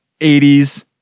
80s